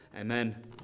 Amen